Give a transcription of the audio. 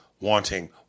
wanting